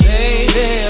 Baby